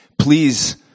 please